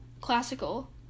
classical